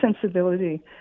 sensibility